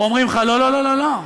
אומרים לך: לא לא לא,